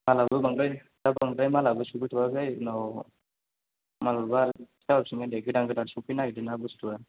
मालआबो बांद्राय दा बांद्राय मालआबो सफैथ'वाखै उनाव माब्लाबा खिन्थाहरफिनगोन दे गोदान गोदान सफैनो नागिरदों ना बुस्तुफोर